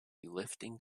lifting